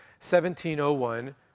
1701